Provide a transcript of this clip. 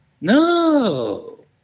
No